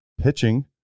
pitching